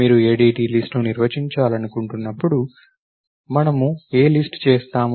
మీరు ADT list ను నిర్వచించాలనుకున్నప్పుడు మనము ఏ లిస్ట్ చేస్తాము